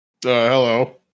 Hello